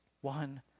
one